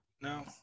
no